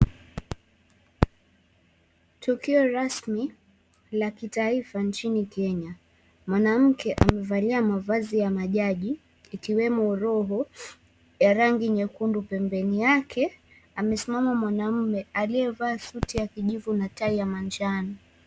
Tukio rasmi la kitaifa nchini Kenya, mwanamke amevalia mavazi rasmi ya majaji ikiwemo roho ya rangi nyekundu, pembeni yake amesimama mwanamume aliyevalia suti ya kijivu na tai ya manjano.